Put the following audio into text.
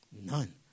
None